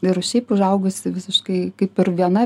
ir šiaip užaugusi visiškai kaip ir viena